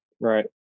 Right